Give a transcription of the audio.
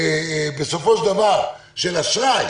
בסופו של דבר, אשראי